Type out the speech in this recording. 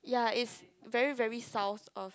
ya it's very very south of